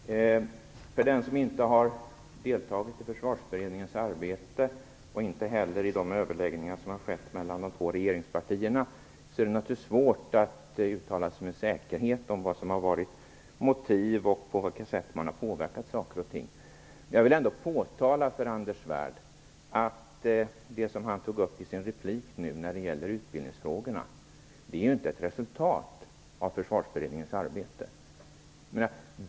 Fru talman! För den som inte har deltagit i Försvarsberedningens arbete, och inte heller i de överläggningar som har skett mellan de två regeringspartierna, är det naturligtvis svårt att uttala sig med säkerhet om vad som har varit motiv och på vilket sätt man har påverkat saker och ting. Men jag vill ändå påtala för Anders Svärd att det som han tog upp i sin replik nu när det gäller utbildningsfrågorna inte är ett resultat av Försvarsberedningens arbete.